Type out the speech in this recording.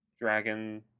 Dragon